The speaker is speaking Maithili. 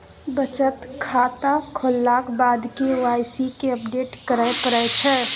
बचत खाता खोललाक बाद के वाइ सी केँ अपडेट करय परै छै